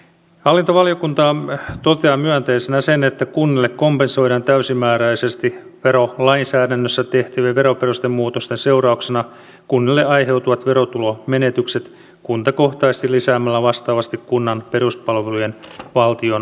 hallintovaliokunta toteaa myönteisenä sen että kunnille kompensoidaan täysimääräisesti verolainsäädännössä tehtyjen veroperustemuutosten seurauksena kunnille aiheutuvat verotulomenetykset kuntakohtaisesti lisäämällä vastaavasti kunnan peruspalvelujen valtionosuutta